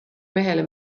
mehele